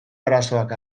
arazoak